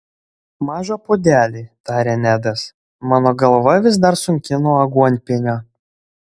mažą puodelį tarė nedas mano galva vis dar sunki nuo aguonpienio